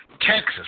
Texas